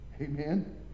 Amen